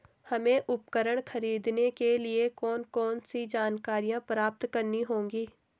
हमें उपकरण खरीदने के लिए कौन कौन सी जानकारियां प्राप्त करनी होगी?